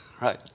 Right